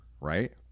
Right